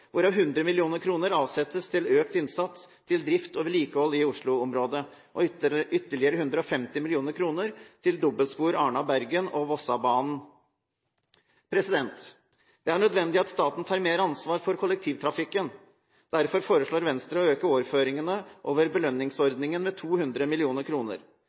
hvorav 100 mill. kr avsettes til økt innsats på drift og vedlikehold i Oslo-området og ytterligere 150 mill. kr til dobbeltspor Arna–Bergen og Vossabanen. Det er nødvendig at staten tar mer ansvar for kollektivtrafikken. Derfor foreslår Venstre å øke overføringene over